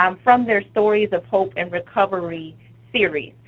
um from their stories of hope and recovery series.